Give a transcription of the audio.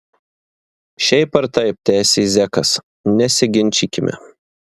šiaip ar taip tęsė zekas nesiginčykime